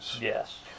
Yes